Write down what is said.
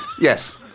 Yes